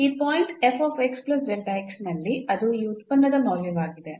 ಈ ಪಾಯಿಂಟ್ ನಲ್ಲಿ ಅದು ಈ ಉತ್ಪನ್ನದ ಮೌಲ್ಯವಾಗಿದೆ